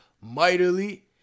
mightily